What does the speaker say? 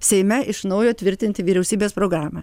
seime iš naujo tvirtinti vyriausybės programą